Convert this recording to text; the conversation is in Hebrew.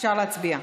אפשר להצביע.